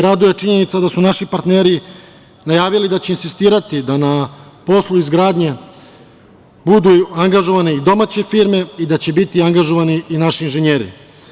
Raduje činjenica da su naši partneri najavili da će insistirati da na poslu izgradnje budu angažovane i domaće firme i da će biti angažovani i naši inženjeri.